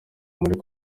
muri